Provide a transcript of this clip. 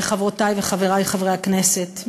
וחברותי וחברי חברי הכנסת,